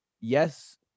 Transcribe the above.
yes